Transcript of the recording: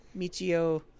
Michio